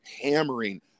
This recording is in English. hammering